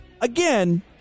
Again